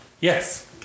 Yes